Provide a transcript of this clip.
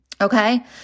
Okay